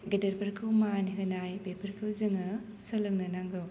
गेदेरफोरखौ मान होनाय बेफोरखौ जोङो सोलोंनो नांगौ